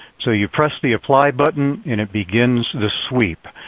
so you press the apply button and it begins the sweep.